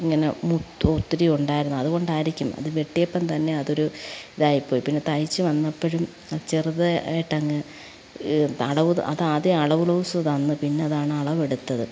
ഇങ്ങനെ മുത്ത് ഒത്തിരി ഉണ്ടായിരുന്നു അതു കൊണ്ടായിരിക്കും അതു വെട്ടിയപ്പം തന്നെ അതൊരു ഇതായിപ്പോയി പിന്നെ തയ്ച്ച് വന്നപ്പോഴും അത് ചെറുതായിട്ടങ്ങ് അളവ് ത അതാദ്യം അളവു ബ്ലൗസ് തന്നു പിന്നെ അതാണ് അളവെടുത്തത്